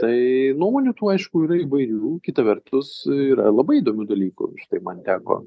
tai nuomonių tų aišku yra įvairių kita vertus yra labai įdomių dalykų štai man teko